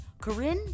Corinne